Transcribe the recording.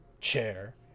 chair